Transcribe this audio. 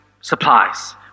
supplies